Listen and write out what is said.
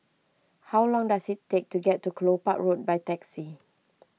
how long does it take to get to Kelopak Road by taxi